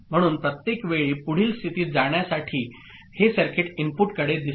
म्हणून प्रत्येक वेळी पुढील स्थितीत जाण्यासाठी हे सर्किट इनपुटकडे दिसते